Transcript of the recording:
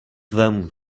them